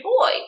boy